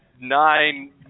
nine